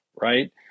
right